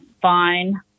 fine